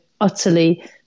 utterly